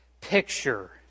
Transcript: picture